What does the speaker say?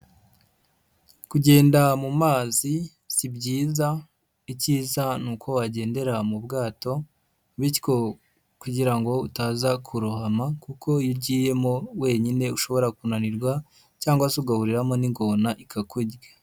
Kugenda mu mazi si byiza, icyiza ni uko wagendera mu bwato, bityo kugira ngo utaza kurohama kuko iyo ugiyemo wenyine, ushobora kunanirwa cyangwa se ugahuriramo n'ingona ikakurya.